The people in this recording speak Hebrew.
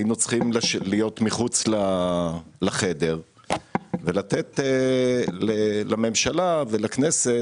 היינו צריכים להיות מחוץ לחדר ולתת לממשלה ולכנסת